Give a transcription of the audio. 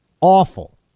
awful